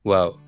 Wow